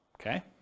Okay